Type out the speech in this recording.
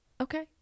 Okay